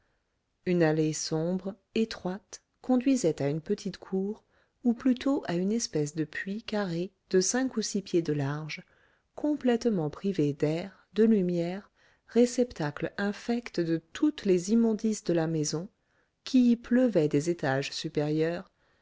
une allée sombre étroite conduisait à une petite cour ou plutôt à une espèce de puits carré de cinq ou six pieds de large complètement privé d'air de lumière réceptacle infect de toutes les immondices de la maison qui y pleuvaient des étages supérieurs